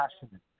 passionate